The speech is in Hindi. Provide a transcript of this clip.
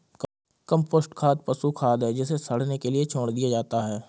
कम्पोस्ट खाद पशु खाद है जिसे सड़ने के लिए छोड़ दिया जाता है